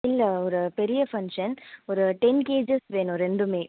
இல்லை ஒரு பெரிய ஃபங்க்ஷன் ஒரு டென் கேஜஸ் வேணும் ரெண்டுமே